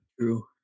True